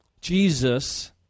Jesus